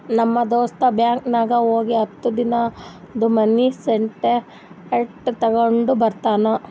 ನಮ್ ದೋಸ್ತ ಬ್ಯಾಂಕ್ ನಾಗ್ ಹೋಗಿ ಹತ್ತ ದಿನಾದು ಮಿನಿ ಸ್ಟೇಟ್ಮೆಂಟ್ ತೇಕೊಂಡ ಬಂದುನು